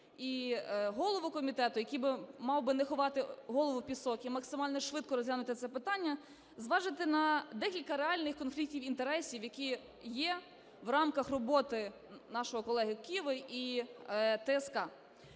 і голову комітету, який би мав би "не ховати голову в пісок" і максимально швидко розглянути це питання, зважити на декілька реальних конфліктів інтересів, які є в рамках роботи нашого колеги Киви і ТСК.